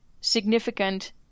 significant